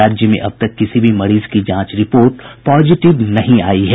राज्य में अब तक किसी भी मरीज की जांच रिपोर्ट पॉजिटिव नहीं आयी है